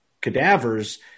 cadavers